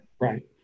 Right